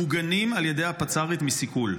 מוגנים על ידי הפצ"רית מסיכול.